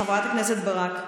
חברת הכנסת ברק,